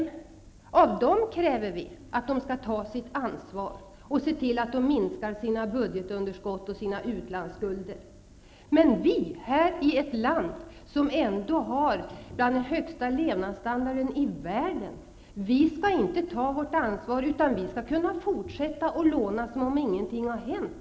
Av sådana länder kräver vi att de skall ta sitt ansvar och se till att de minskar sina budgetunderskott och sina utlandsskulder. Men vi svenskar, som har en levnadsstandard som är bland de högsta i världen, skall inte ta vårt ansvar utan fortsätta att låna som om ingenting hade hänt.